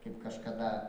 kaip kažkada